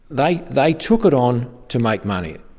they they took it on to make money,